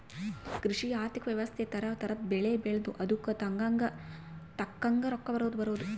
ಕೃಷಿ ಆರ್ಥಿಕ ವ್ಯವಸ್ತೆ ತರ ತರದ್ ಬೆಳೆ ಬೆಳ್ದು ಅದುಕ್ ತಕ್ಕಂಗ್ ರೊಕ್ಕ ಬರೋದು